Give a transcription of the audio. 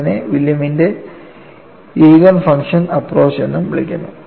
ഇതിനെ വില്യമിന്റെ eigen function approach എന്നും വിളിക്കുന്നു